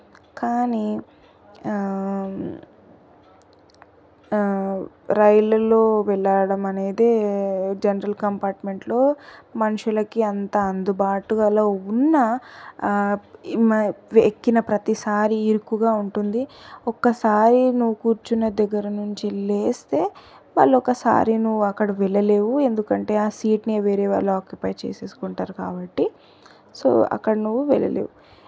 కానీ రైళ్లలో వెళ్లడం అనేది జనరల్ కంపార్ట్మెంట్లో మనుషులకి అంతా అందుబాటుగాలో ఉన్న ఈ మ ఎక్కిన ప్రతిసారి ఇరుకుగా ఉంటుంది ఒకసారి నువ్వు కూర్చున్న దగ్గర నుంచి లేస్తే వాళ్ళు ఒకసారి నువ్వు అక్కడ వెళ్ళావు ఎందుకంటే ఆ సీట్ని వేరే వాళ్ళు ఆకుపై చేసేసుకుంటారు కాబట్టి సో అక్కడ నువ్వు వెళ్ళలేవు